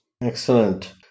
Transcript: Excellent